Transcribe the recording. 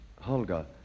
holger